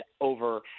over